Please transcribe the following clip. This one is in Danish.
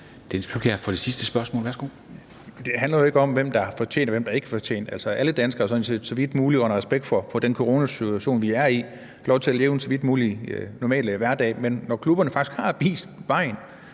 Det handler jo ikke om, hvem der har fortjent og hvem der ikke har fortjent det. Altså, alle danskere har jo sådan set under respekt for den coronasituation, vi er i, lov til at leve en så vidt muligt normal hverdag. Men når klubberne faktisk har vist vejen,